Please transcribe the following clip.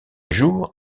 jour